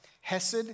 hesed